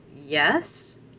Yes